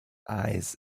eyes